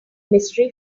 mystery